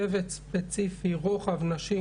צוות ספציפי רוחב נשי,